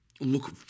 look